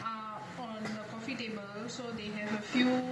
err on the coffee table so they have a few